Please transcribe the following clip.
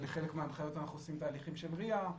לחלק מההנחיות אנחנו עושים תהליכים שלRIA ,